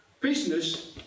business